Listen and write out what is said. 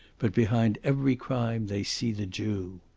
but behind every crime they see the jew.